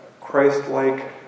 Christ-like